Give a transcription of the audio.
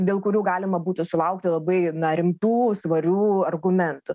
dėl kurių galima būtų sulaukti labai rimtų svarių argumentų